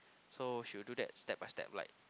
so she will do that step by step like